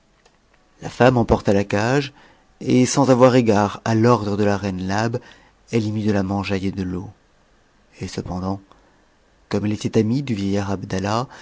ta femme emporta la cage et sans avoir égard à l'ordre de la rpin labe elle y mit de ja mangeaille et de l'eau et cependant comme e était amie du vieillard abdallah